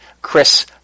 Chris